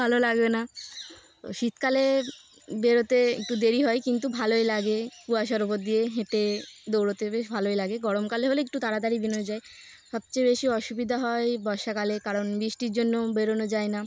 ভালো লাগবে না শীতকালে বেরোতে একটু দেরি হয় কিন্তু ভালোই লাগে কুয়াশরোবত দিয়ে হেঁটে দৌড়োতে বেশ ভালোই লাগে গরমকালে হলে একটু তাড়াতাড়ি বেনো যায় সবচেয়ে বেশি অসুবিধা হয় বর্ষাকালে কারণ বৃষ্টির জন্য বেরোনো যায় না